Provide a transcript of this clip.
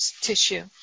tissue